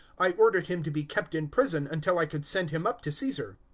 i ordered him to be kept in prison until i could send him up to caesar.